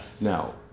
Now